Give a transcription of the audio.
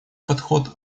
подход